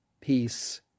Peace